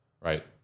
Right